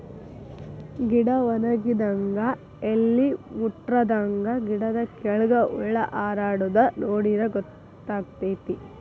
ಗಿಡಾ ವನಗಿದಂಗ ಎಲಿ ಮುಟ್ರಾದಂಗ ಗಿಡದ ಕೆಳ್ಗ ಹುಳಾ ಹಾರಾಡುದ ನೋಡಿರ ಗೊತ್ತಕೈತಿ